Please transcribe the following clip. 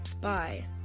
bye